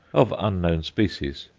of unknown species.